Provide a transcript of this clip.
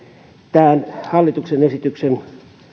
tämän hallituksen esityksen